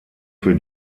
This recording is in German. für